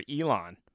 Elon